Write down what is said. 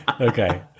Okay